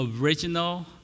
original